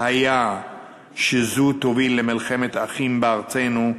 היה שזו תוביל למלחמת אחים בארצנו,